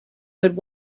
would